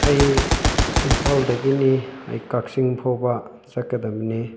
ꯑꯩ ꯏꯝꯐꯥꯜꯗꯒꯤꯅꯤ ꯑꯩ ꯀꯥꯛꯆꯤꯡꯐꯥꯎꯕ ꯆꯠꯀꯗꯕꯅꯤ